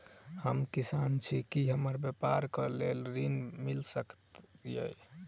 हम किसान छी की हमरा ब्यपार करऽ केँ लेल ऋण मिल सकैत ये?